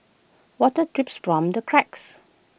water drips from the cracks